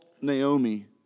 Naomi